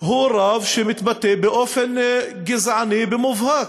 הוא רב שמתבטא באופן גזעני במובהק.